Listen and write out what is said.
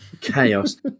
chaos